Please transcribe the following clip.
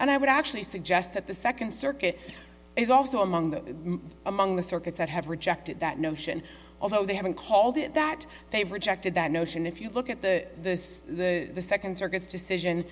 and i would actually suggest that the second circuit is also among the among the circuits that have rejected that notion although they haven't called it that they've rejected that notion if you look at the the second circuit's decision